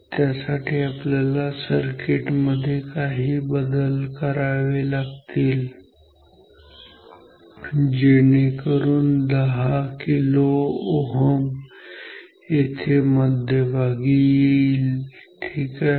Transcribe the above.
त्यासाठी आपल्याला या सर्किट मध्ये काही बदल करावे लागतील जेणेकरून 10 kΩ येथे मध्यभागी येईल ठीक आहे